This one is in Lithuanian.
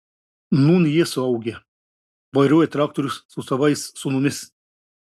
nūn jie suaugę vairuoja traktorius su savais sūnumis